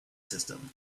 system